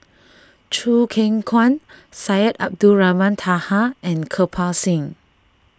Choo Keng Kwang Syed Abdulrahman Taha and Kirpal Singh